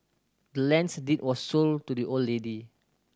the land's deed was sold to the old lady